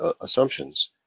assumptions